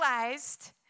realized